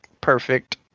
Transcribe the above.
Perfect